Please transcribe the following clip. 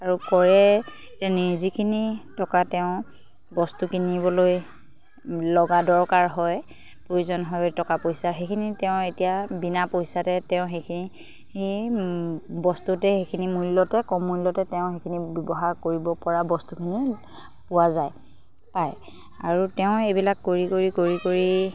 আৰু কৰে এতিয়া নেকি যিখিনি টকা তেওঁ বস্তু কিনিবলৈ লগা দৰকাৰ হয় প্ৰয়োজন হয় টকা পইচা সেইখিনি তেওঁ এতিয়া বিনা পইচাতে তেওঁ সেইখিনি বস্তুতে সেইখিনি মূল্যতে কম মূল্যতে তেওঁ সেইখিনি ব্যৱহাৰ কৰিবপৰা বস্তুখিনি পোৱা যায় পায় আৰু তেওঁ এইবিলাক কৰি কৰি কৰি কৰি